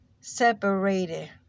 separated